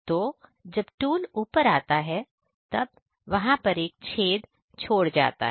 तो जब टूल ऊपर आता है तब वहां पर एक छेद छोड़ जाता है